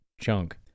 chunk